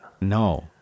No